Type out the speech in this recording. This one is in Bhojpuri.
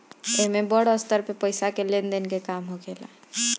एमे बड़ स्तर पे पईसा के लेन देन के काम होखेला